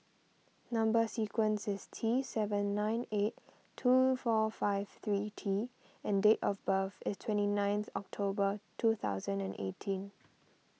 Number Sequence is T seven nine eight two four five three T and date of birth is twenty ninth October twenty eighteen